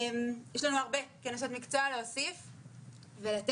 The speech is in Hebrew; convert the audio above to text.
יש לנו הרבה, כנשות מקצוע, להוסיף ולתת,